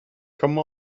come